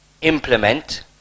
implement